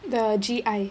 the G I